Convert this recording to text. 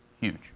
Huge